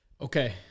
Okay